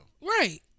right